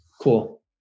Cool